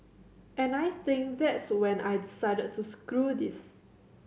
and I think that's when I decided to screw this